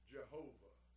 Jehovah